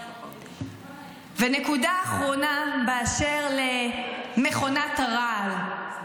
ונקודה אחרונה באשר למכונת הרעל,